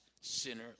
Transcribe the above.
sinner